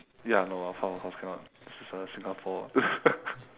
ya no lah of course of course cannot this is uh singapore